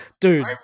Dude